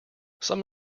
some